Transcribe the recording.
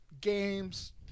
Games